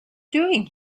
doing